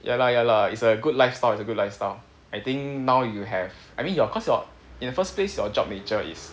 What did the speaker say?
ya lah ya lah it's a good lifestyle it's a good lifestyle I think now you have I mean your cause your in the first place your job nature is